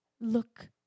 look